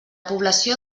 població